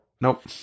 Nope